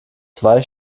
zwei